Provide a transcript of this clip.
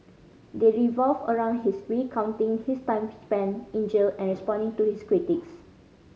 they revolve around his recounting his time spent in jail and responding to his critics